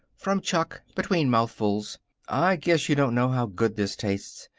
from chuck, between mouthfuls i guess you don't know how good this tastes.